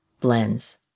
blends